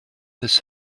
this